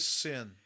sin